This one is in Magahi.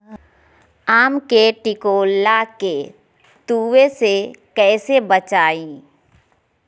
आम के टिकोला के तुवे से कैसे बचाई?